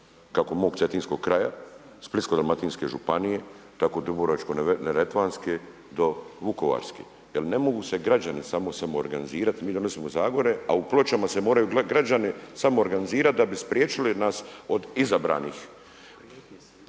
kako mog cetinskog kraja, Splitsko-dalmatinske županije, tako Dubrovačko-neretvanske do vukovarske, jer ne mogu se građani samoorganizirati. Mi donosimo zakone, a u Pločama se moraju građani samoorganizirati da bi spriječili nas od izabranih,